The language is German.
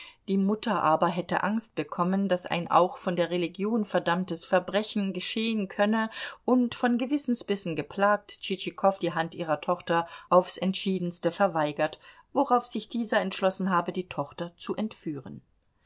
die mutter aber hätte angst bekommen daß ein auch von der religion verdammtes verbrechen geschehen könne und von gewissensbissen geplagt tschitschikow die hand ihrer tochter aufs entschiedenste verweigert worauf sich dieser entschlossen habe die tochter zu entführen